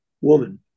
woman